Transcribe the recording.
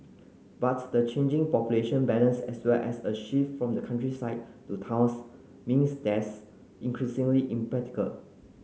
but the changing population balance as well as a shift from the countryside to towns means that's increasingly impractical